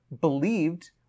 believed